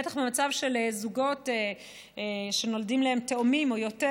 בטח במצב של זוגות שנולדים להם תאומים או יותר,